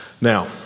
Now